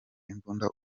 imbunda